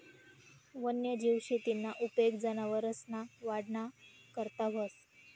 वन्यजीव शेतीना उपेग जनावरसना वाढना करता व्हस